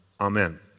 amen